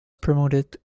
promoted